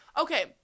okay